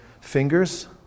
fingers